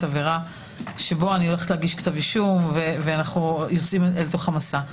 עבירה שאני הולכת להגיש כתב אישום ואנו יוצאים למסע.